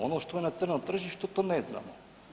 Ono što je na crnom tržištu to ne znamo.